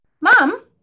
Mom